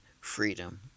freedom